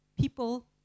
people